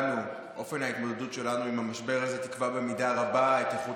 אופן ההתמודדות שלנו עם המשבר הזה יקבע במידה רבה את איכות